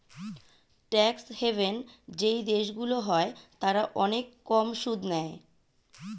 tax haven যেই দেশগুলো হয় তারা অনেক কম সুদ নেয়